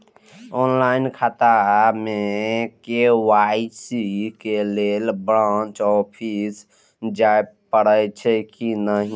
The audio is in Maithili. ऑनलाईन खाता में के.वाई.सी के लेल ब्रांच ऑफिस जाय परेछै कि नहिं?